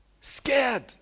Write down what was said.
Scared